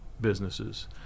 businesses